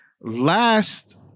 last